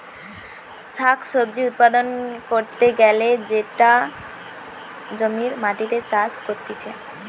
শাক সবজি উৎপাদন ক্যরতে গ্যালে সেটা জমির মাটিতে চাষ করতিছে